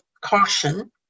caution